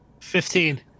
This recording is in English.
Fifteen